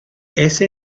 ese